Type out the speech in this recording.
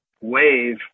wave